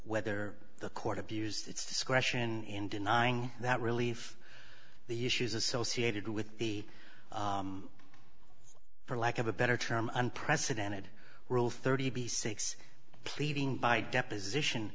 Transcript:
whether the court abused its discretion in denying that relieve the issues associated with the for lack of a better term unprecedented rule thirty b six pleading by deposition